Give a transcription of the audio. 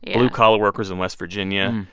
blue-collar workers in west virginia,